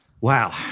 Wow